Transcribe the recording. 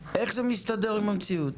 איך זה מסתדר עם המציאות?